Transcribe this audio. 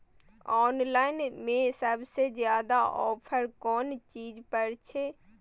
Online में सबसे ज्यादा ऑफर कोन चीज पर छे?